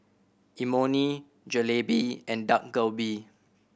Imoni Jalebi and Dak Galbi